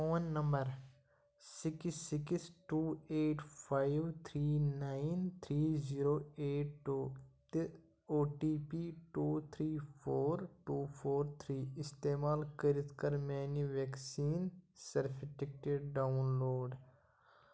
phone number six six two eight five three nine three zero eight two تہٕ O T P two three four two four three اِستعمال کٔرِتھ کَر میٛانہِ vaccine certificate down load